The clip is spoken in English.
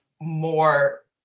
more